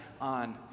on